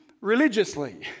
religiously